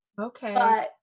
okay